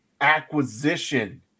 acquisition